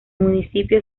municipio